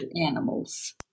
Animals